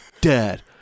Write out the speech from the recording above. dad